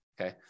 okay